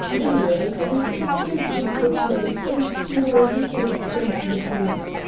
anyway, we've stopped your game for to-night, and to-morrow you can explain to the police!